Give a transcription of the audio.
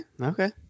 okay